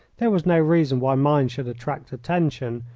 there was no reason why mine should attract attention,